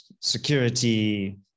security